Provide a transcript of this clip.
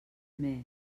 més